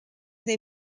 they